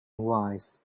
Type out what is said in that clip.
wise